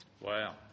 Wow